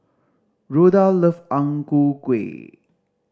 Rhoda love Ang Ku Kueh